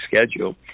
schedule